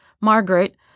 Margaret